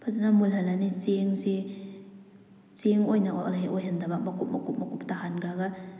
ꯐꯖꯅ ꯃꯨꯜꯍꯜꯂꯅꯤ ꯆꯦꯡꯁꯦ ꯆꯦꯡ ꯑꯣꯏꯅ ꯑꯣꯏꯍꯟꯗꯕ ꯃꯀꯨꯞ ꯃꯀꯨꯞ ꯃꯀꯨꯞ ꯇꯥꯍꯟꯈ꯭ꯔꯒ